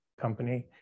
Company